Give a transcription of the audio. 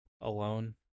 alone